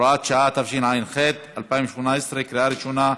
(הוראת שעה), התשע"ח 2018, לקריאה ראשונה.